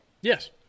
Yes